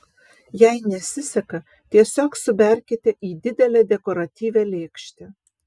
jei nesiseka tiesiog suberkite į didelę dekoratyvią lėkštę